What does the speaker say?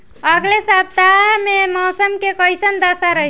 अलगे सपतआह में मौसम के कइसन दशा रही?